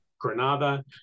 Granada